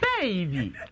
baby